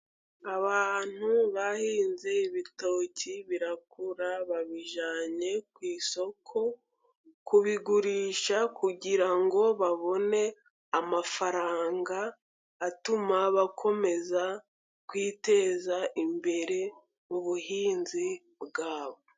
Abantu bahinze ibitoki birakura, babijyanye ku isoko kubigurisha, kugirango babone amafaranga, atuma bakomeza kwiteza imbere mubuhinzi bwabo.